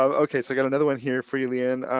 um okay, so i got another one here for you lee ann.